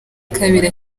kabiri